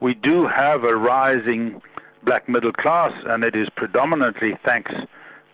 we do have a rising black middle-class, and it is predominantly thanks